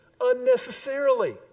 unnecessarily